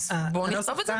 בואו נכתוב את זה.